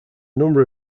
number